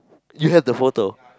you have the photo